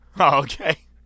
Okay